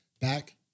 back